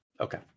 Okay